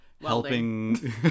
helping